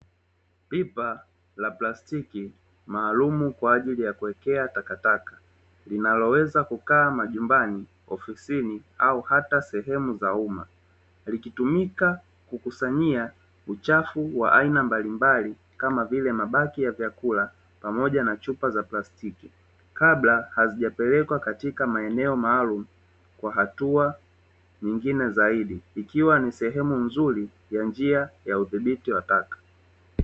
Pipa la plastiki maalum kwa ajili ya kuwekea takataka linaloweza kukaa majumbani, ofisini au hata sehemu za umma, likitumika kukusanyia uchafu wa aina mbalimbali kama vile; mabaki ya vyakula pamoja na chupa za plastiki, kabla hazijapelekwa katika maeneo maalum kwa hatua nyingine zaidi ikiwa ni sehemu nzuri ya njia ya udhibiti wa taka.